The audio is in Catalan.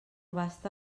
basta